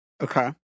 Okay